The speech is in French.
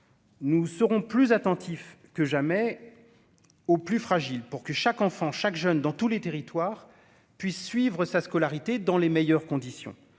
nous serons plus attentifs que jamais aux plus fragiles pour que chaque enfant, chaque jeune dans tous les territoires puissent suivre sa scolarité dans les meilleures conditions